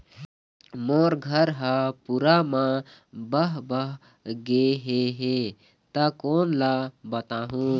मोर घर हा पूरा मा बह बह गे हे हे ता कोन ला बताहुं?